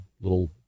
Little